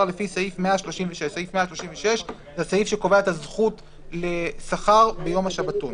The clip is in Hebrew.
לפי סעיף 136 סעיף 136 זה הסעיף שקובע את הזכות לשכר ביום השבתון.